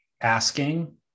asking